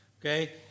okay